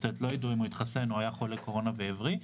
לא ידעו אם הוא התחסן או שהיה חולה קורונה והבריא,